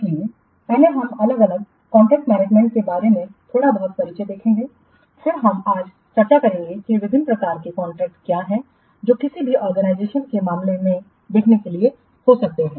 इसलिए पहले हम अलग अलग कॉन्ट्रैक्टसमैनेजमेंट के बारे में थोड़ा बहुत परिचय देखेंगे फिर हम आज चर्चा करेंगे कि विभिन्न प्रकार के कॉन्ट्रैक्ट क्या हैं जो किसी भी ऑर्गेनाइजेशन के मामले में देखने के लिए हो सकते हैं